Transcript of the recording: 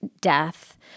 death